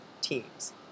teams